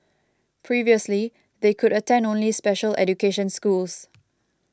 previously they could attend only special education schools